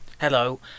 Hello